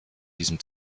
diesem